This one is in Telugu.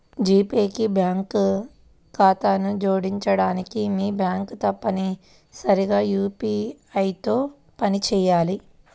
జీ పే కి బ్యాంక్ ఖాతాను జోడించడానికి, మీ బ్యాంక్ తప్పనిసరిగా యూ.పీ.ఐ తో పనిచేయాలి